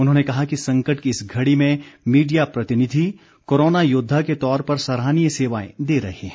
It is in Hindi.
उन्होंने कहा कि संकट की इस घड़ी में मीडिया प्रतिनिधि कोरोना योद्वा के तौर पर सराहनीय सेवाएं दे रहे हैं